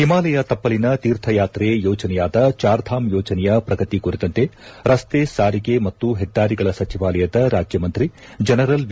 ಹಿಮಾಲಯ ತಪ್ಪಲಿನ ತೀರ್ಥಯಾತ್ರೆ ಯೋಜನೆಯಾದ ಚಾರ್ಧಾಮ್ ಯೋಜನೆಯ ಪ್ರಗತಿ ಕುರಿತಂತೆ ರಸ್ತೆ ಸಾರಿಗೆ ಮತ್ತು ಹೆದ್ದಾರಿಗಳ ಸಚಿವಾಲಯದ ರಾಜ್ಯ ಮಂತ್ರಿ ಜನರಲ್ ವಿ